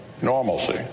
Normalcy